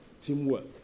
Teamwork